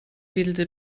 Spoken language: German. wedelte